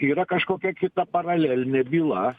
yra kažkokia kita paralelinė byla